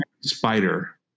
Spider